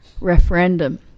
referendum